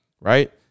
right